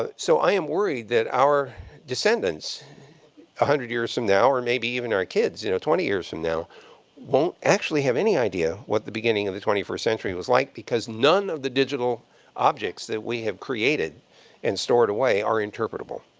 ah so i am worried that our descendents one ah hundred years from now or maybe even our kids you know twenty years from now won't actually have any idea what the beginning of the twenty first century was like, because none of the digital objects that we have created and stored away are interpretable.